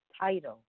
Title